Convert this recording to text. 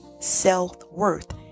self-worth